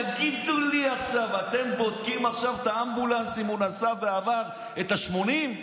תגידו לי עכשיו: אתם בודקים עכשיו אם האמבולנס נסע ועבר את ה-80?